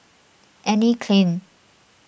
Anne Klein